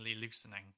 loosening